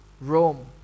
Rome